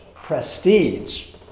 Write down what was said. Prestige